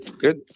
good